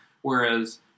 Whereas